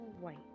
white